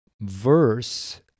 verse